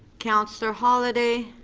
councillor holyday.